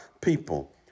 people